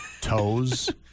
toes